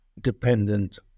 dependent